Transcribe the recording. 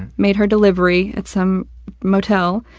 made her delivery at some motel,